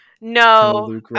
No